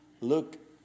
look